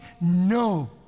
No